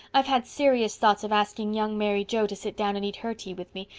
i've had serious thoughts of asking young mary joe to sit down and eat her tea with me,